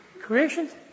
creation's